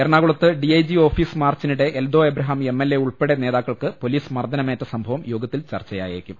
എറണാകുളത്ത് D I G office മാർച്ചിനിടെ Eldho Abraham M L A ഉൾപ്പെടെ നേതാക്കൾക്ക് പൊലീസ് മർദ്ദനമേറ്റ സംഭവം യോഗത്തിൽ ചർച്ചയായേക്കും